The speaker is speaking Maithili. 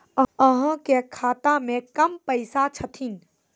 अहाँ के खाता मे कम पैसा छथिन?